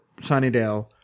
Sunnydale